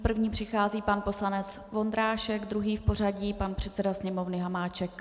První přichází pan poslanec Vondrášek, druhý v pořadí pan předseda Sněmovny Hamáček.